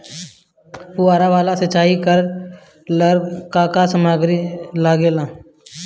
फ़ुहारा वाला सिचाई करे लर का का समाग्री लागे ला?